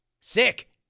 Sick